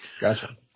Gotcha